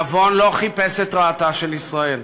נבון לא חיפש את רעתה של ישראל.